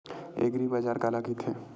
एग्रीबाजार काला कइथे?